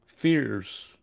fears